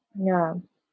ya